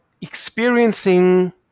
experiencing